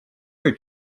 her